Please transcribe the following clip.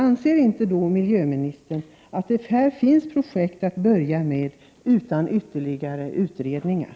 Anser inte också miljöministern att det finns projekt att ta itu med, också utan att arbetet föregåtts av ytterligare utredningar?